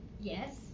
yes